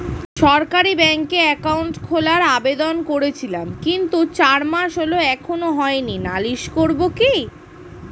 সরকারি ব্যাংকে একাউন্ট খোলার আবেদন করেছিলাম কিন্তু চার মাস হল এখনো হয়নি নালিশ করব কি?